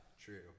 true